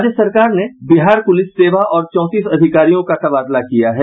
राज्य सरकार ने बिहार पुलिस सेवा के चौंतीस अधिकारियों का तबादला किया है